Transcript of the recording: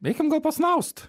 veikiam gal pasnaust